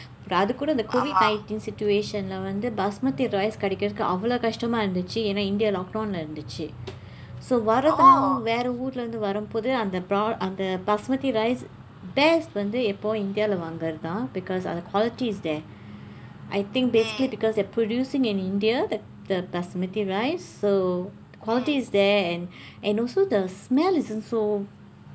அதுக்கு கூட அந்த:athukku kuuda andtha COVID nineteen situation-il வந்து:vandthu basmati rice கடைக்கிறதுக்கு அவ்வளவு கஷ்டமாக இருந்தது ஏன் என்றல்:kadaikkirathukku avvalavu kashdamaka irunthathu een enraal India lockdown-il இருந்தது:irundthathu so வரும்போதும் வேறு ஊரில் இருந்து வரும்பொழுது அந்த:varumpoothu veeru uuril irundthu varumpozhuthu andtha bro~ அந்த:andtha basmati rice best வந்து எப்போமே இந்தியாவில் இருந்து வாங்குவதுதான்:vandthu appomee indthiyavil irundthu vaangkuvathuthaan because அந்த:andtha the qualities is there I think basically because they're producing in India that the basmati rice so quality is there and and also the smell is also